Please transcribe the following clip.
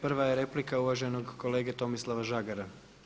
Prva je replika uvaženog kolege Tomislava Žagara.